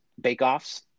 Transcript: bake-offs